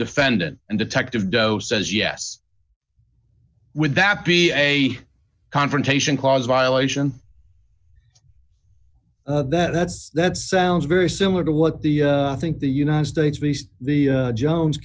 defendant and detective doe says yes would that be a confrontation clause violation that that's that sounds very similar to what the i think the united states based the jones